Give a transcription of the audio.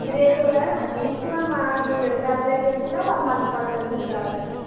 రేపు రా నీ ఇష్టమమ్మా నువ్వు ఎప్పుడు అప్లై చేసుకున్నా వన్ మంత్ పడుతుంది నీకు రావటానికి